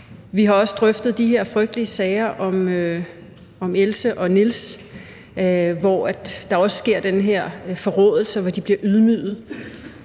Vi har også drøftet de her frygtelige sager om Else og Niels, hvor der også var sket den her forråelse, og hvor de blev ydmyget